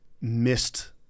missed